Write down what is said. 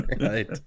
right